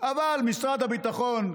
אבל משרד הביטחון,